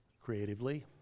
creatively